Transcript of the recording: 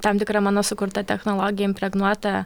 tam tikra mano sukurta technologija impregnuota